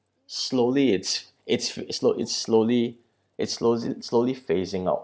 slowly it's it's slow it's slowly it slows it's slowly phasing out